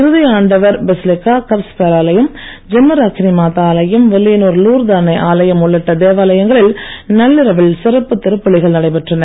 இருதய ஆண்டவர் பெசிலிக்கா கப்ஸ் பேராலயம் ஜென்மராகினி மாதா ஆலயம் வில்லியனூர் லூர்து அன்னை ஆலயம் உள்ளிட்ட தேவாலயங்களில் நள்ளிரவில் சிறப்பு திருப்பலிகள் நடைபெற்றன